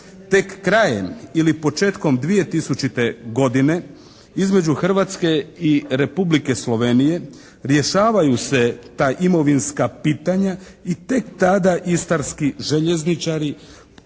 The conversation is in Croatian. Tek krajem ili početkom 2000. godine između Hrvatske i Republike Slovenije rješavaju se ta imovinska pitanja i tek tada istarski željezničari sklapaju